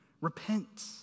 repent